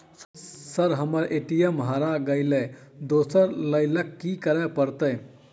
Sir हम्मर ATM हरा गइलए दोसर लईलैल की करऽ परतै?